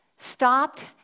stopped